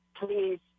please